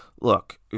Look